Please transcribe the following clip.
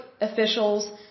officials